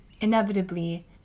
inevitably